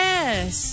Yes